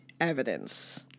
evidence